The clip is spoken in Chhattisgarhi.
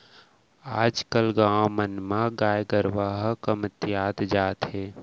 आज कल गाँव मन म गाय गरूवा ह कमतियावत जात हे